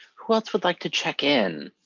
who else would like to check-in?